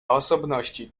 osobności